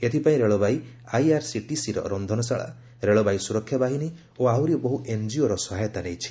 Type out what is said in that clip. ଏଥିପାଇଁ ରେଳବାଇ ଆଇଆର୍ସିଟିସିର ରନ୍ଧନଶାଳା ରେଳବାଇ ସୁରକ୍ଷା ବାହିନୀ ଓ ଆହୁରି ବହୁ ଏନ୍ଜିଓର ସହାୟତା ନେଇଛି